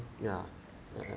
ya